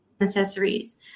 accessories